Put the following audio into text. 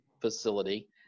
facility